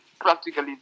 practically